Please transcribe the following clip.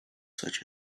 such